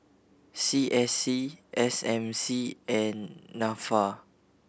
C S C S M C and Nafa